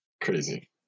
crazy